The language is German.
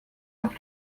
noch